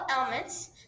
elements